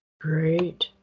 Great